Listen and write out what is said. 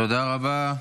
תודה רבה.